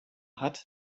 hat